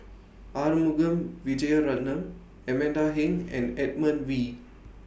Arumugam Vijiaratnam Amanda Heng and Edmund Wee